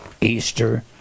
Easter